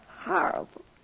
horrible